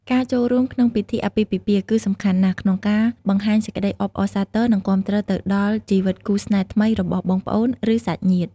ការចូលរួមក្នុងពិធីអាពាហ៍ពិពាហ៍ គឺសំខាន់ណាស់ក្នុងការបង្ហាញសេចក្ដីអបអរសាទរ និងគាំទ្រទៅដល់ជីវិតគូស្នេហ៍ថ្មីរបស់បងប្អូន ឬសាច់ញាតិ។